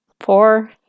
four